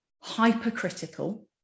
hypercritical